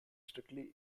strictly